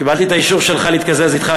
קיבלתי את האישור שלך להתקזז אתך,